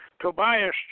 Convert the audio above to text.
Tobias